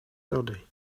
thursday